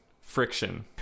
friction